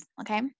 okay